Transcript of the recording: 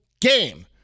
game